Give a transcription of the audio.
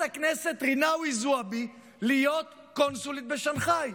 הכנסת רינאוי זועבי להיות קונסולית בשנגחאי.